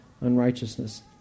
unrighteousness